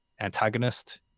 antagonist